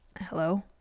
Hello